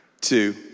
two